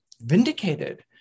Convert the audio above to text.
vindicated